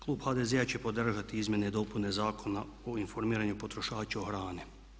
Klub HDZ-a će podržati Izmjene i dopune Zakona o informiranju potrošača o hrani.